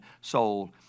soul